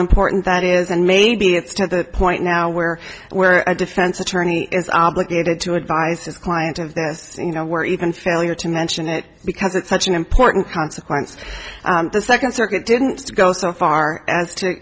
important that is and maybe it's to the point now where where a defense attorney is obligated to advise his client of this you know where even failure to mention it because it's such an important consequence the second circuit didn't go so far as to